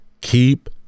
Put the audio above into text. keep